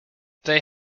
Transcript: they